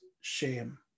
shame